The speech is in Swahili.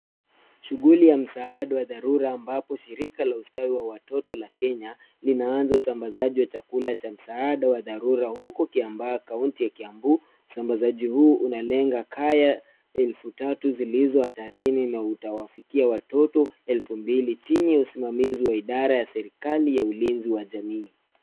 Shughuli ya msaada wa dharura ambapo shirika la ustawi wa watoto la Kenya, linaanza usambazaji wa chakula cha msaada wa dharura, huku Kiambaa kaunti ya Kiambu, usambazaji huu unalenga kaya elfu tatu zilizo hatarini na utawafikia watoto elfu mbili chini ya usimamizi wa idara ya serikali ya ulinzi wa jamii.